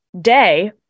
day